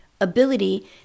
ability